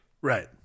Right